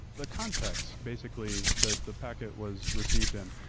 the context basically that the packet was received in,